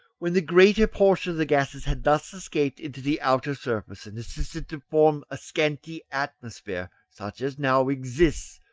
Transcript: when the greater portion of the gases had thus escaped to the outer surface and assisted to form a scanty atmosphere, such as now exists,